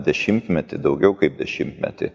dešimtmetį daugiau kaip dešimtmetį